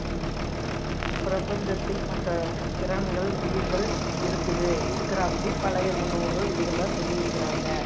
பிரபஞ்சத்தில் மற்ற கிரகங்கள் உயிர்கள் இருக்குது இருக்குறாப்பிடி பழைய முன்னோர்கள் இதுகெல்லாம் சொல்லி இருக்குறாங்க